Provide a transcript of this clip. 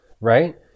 right